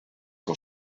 que